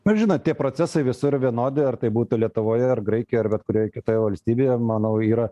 na žinot tie procesai visur vienodi ar tai būtų lietuvoje ar graikijoj ar bet kurioj kitoj valstybėje manau yra